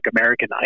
American